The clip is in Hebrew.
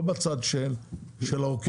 בצד של הציבור,